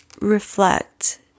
reflect